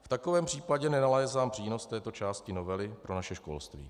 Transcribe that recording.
V takovém případě nenalézám přínos této části novely pro naše školství.